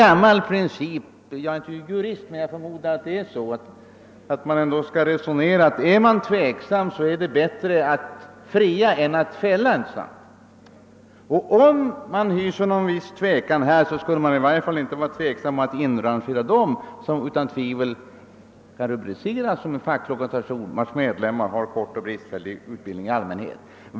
Jag är inte jurist, men jag förmodar att det är en gammal princip att om man är tveksam är det bättre att fria än att fälla. Om man hyser viss tvekan på denna punkt, borde man i varje fall inte vara tveksam när det gäller att här inrangera vad som utan tvivel kan rubriceras som en facklig organisation, vars medlemmar i allmänhet har en kort och bristfällig utbildning.